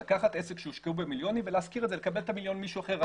לקחת עסק שהושקעו בו מיליון ולקבל את המיליון ממישהו אחר.